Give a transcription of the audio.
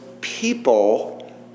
people